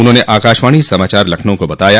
उन्होंने आकाशवाणी समाचार लखनऊ को बताया